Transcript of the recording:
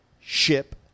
ship